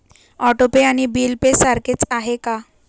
Auto pay आणि bill pay सारखेच आहे का?